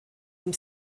dem